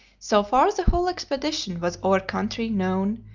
so far the whole expedition was over country known,